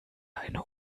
eine